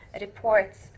reports